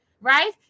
right